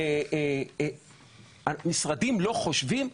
האם משרדים לא חושבים?